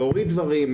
להוריד דברים,